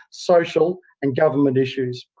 social and government issues.